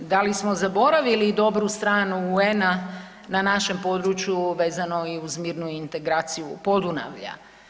Da li smo zaboravili dobru stranu UN-a na našem području vezano i uz mirnu integraciju Podunavlja?